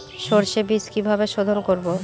সর্ষে বিজ কিভাবে সোধোন করব?